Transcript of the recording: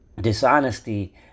dishonesty